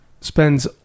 spends